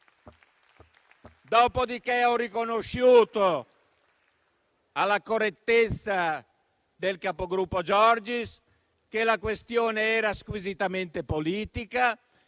Dopodiché, ho riconosciuto alla correttezza del capogruppo Giorgis che la questione era squisitamente politica